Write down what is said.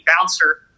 bouncer